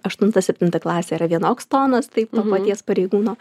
aštuntą septintą klasę yra vienoks tonas taip to paties pareigūno